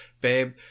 babe